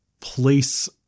place